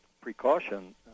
precaution